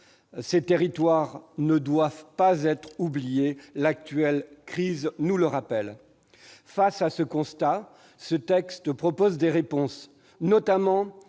Ces territoires ne doivent pas être oubliés, la crise actuelle nous le rappelle. Face à ce constat, ce texte propose des réponses, notamment